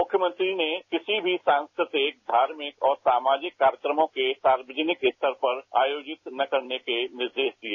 मुख्यमंत्री ने किसी भी धार्मिक सामाजिक और सांस्कृतिक कार्यक्रमों के सार्वजनिक स्तर पर आयोजित न करने के निर्देश दिए